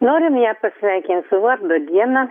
norim ją pasveikint su vardo diena